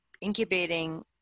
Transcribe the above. incubating